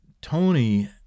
Tony